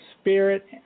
spirit